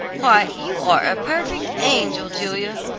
why you are a perfect angel, julia,